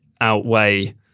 outweigh